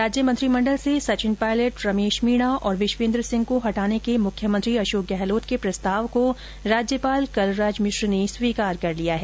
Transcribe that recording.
राज्य मंत्रिमंडल से सचिन पायलट रमेश मीणा और विश्वेन्द्र सिहं को हटाने के मुख्यमंत्री अशोक गहलोत के प्रस्ताव को राज्यपाल कलराज मिश्र ने स्वीकार कर लिया है